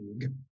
League